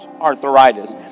arthritis